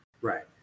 right